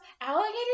alligators